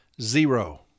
Zero